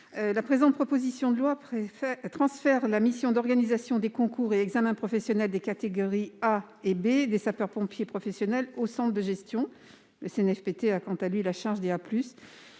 La présente proposition de loi transfère la mission d'organisation des concours et examens professionnels des catégories A et B des sapeurs-pompiers professionnels aux centres de gestion, le CNFPT se chargeant,